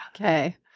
okay